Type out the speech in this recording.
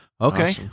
Okay